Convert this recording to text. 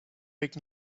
big